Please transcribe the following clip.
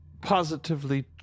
positively